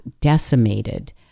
decimated